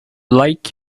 like